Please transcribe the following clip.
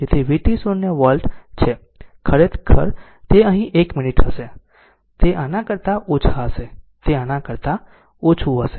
તેથી vt 0 volt છે ખરેખર તે અહીં એક મિનિટ હશે તે આના કરતા ઓછા હશે તેના કરતા ઓછું હશે